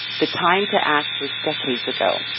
the time to act was decades ago.